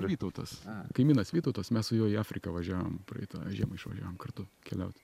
vytautas kaimynas vytautas mes su juo į afriką važiavom praeitą žiemą išvažiavom kartu keliaut